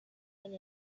and